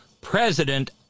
President